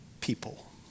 people